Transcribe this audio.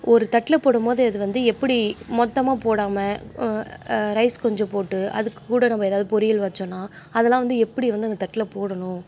ஒரு தட்டில் போடும் போதே அது வந்து எப்படி மொத்தமாக போடாமல் ரைஸ் கொஞ்சம் போட்டு அதுக்குக்கூட நம்ம ஏதாவது பொரியல் வைச்சோன்னா அதெல்லாம் வந்து எப்படி வந்து அந்த தட்டில் போடணும்